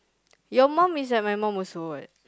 your mum is like my mum also what